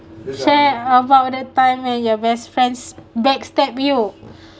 share about the time when your best friends backstab you